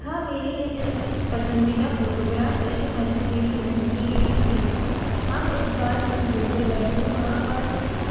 हाँ मेरी एक ऐसी पसंदीदा फ़ोटोग्राफ है जो मैंने मेरी बहन की ली थी हम एक बार कहीं घूमने गये थे वहॉँ पर उस